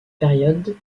période